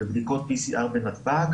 ובדיקות PCR בנתב"ג,